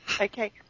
Okay